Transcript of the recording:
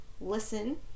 listen